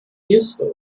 useful